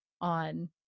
on